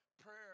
prayer